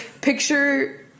picture